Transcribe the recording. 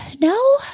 no